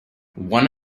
one